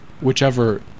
whichever